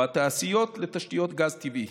או התעשיות, לתשתיות גז טבעי.